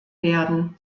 werden